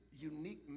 unique